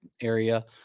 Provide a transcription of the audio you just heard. area